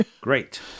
Great